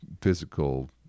physical